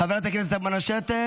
חברת הכנסת תמנו שטה